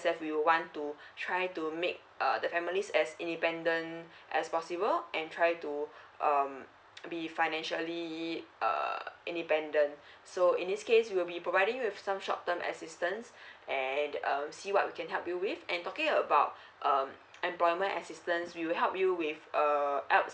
f we would want to try to make uh the families as independent as possible and try to um be financially uh independent so in this case will be providing you with some short term assistance and um see what we can help you with and talking about um employment assistance we will help you with err